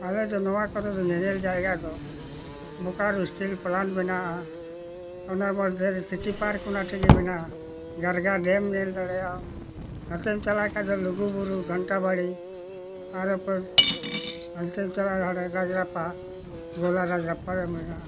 ᱟᱞᱮ ᱫᱚ ᱱᱚᱣᱟ ᱠᱚᱨᱮ ᱫᱚ ᱧᱮᱧᱮᱞ ᱡᱟᱭᱜᱟ ᱫᱚ ᱵᱳᱠᱟᱨᱳ ᱥᱴᱤᱞ ᱯᱞᱟᱴ ᱢᱮᱱᱟᱜᱼᱟ ᱚᱱᱟ ᱢᱚᱫᱽᱫᱷᱮ ᱨᱮ ᱥᱤᱴᱤ ᱯᱟᱨᱠ ᱚᱱᱟ ᱴᱷᱮᱡ ᱜᱮ ᱢᱮᱱᱟᱜᱼᱟ ᱜᱟᱨᱜᱟ ᱰᱮᱢ ᱧᱮᱞ ᱫᱟᱲᱮᱭᱟᱜᱼᱟ ᱦᱟᱱᱛᱮᱧ ᱪᱟᱞᱟᱜ ᱠᱷᱟᱡ ᱫᱚ ᱞᱩᱜᱩ ᱵᱩᱨᱩ ᱜᱷᱟᱱᱴᱟ ᱵᱟᱲᱤ ᱟᱨᱚ ᱯᱚᱨ ᱦᱟᱱᱛᱮᱧ ᱪᱟᱞᱟᱜᱼᱟ ᱨᱟᱡᱽᱨᱟᱯᱯᱟ ᱜᱳᱞᱟ ᱨᱟᱡᱽᱨᱟᱯᱯᱟᱨᱮ ᱢᱮᱱᱟᱜᱼᱟ